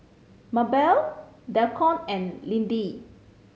Mabelle Deacon and Lindy